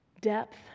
Depth